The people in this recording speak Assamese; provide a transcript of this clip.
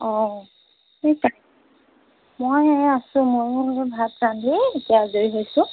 অ ঠিক আছে মই এয়া আছোঁ ময়ো বোলো ভাত ৰান্ধি এতিয়া আজৰি হৈছোঁ